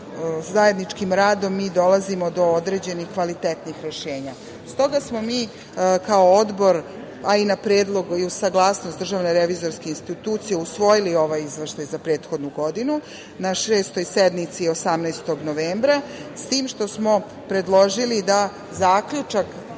zajedničkim radom dolazimo do određenih kvalitetnih rešenja. Stoga smo mi kao Odbor, a i na predlog i uz saglasnost DRI usvojili ovaj izveštaj za prethodnu godinu na Šestoj sednici 18. novembra, s tim što smo predložili da zaključak,